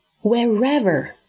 Wherever